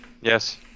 Yes